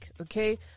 okay